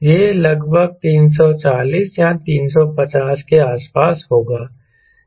यह लगभग 340 या 350 के आसपास होगा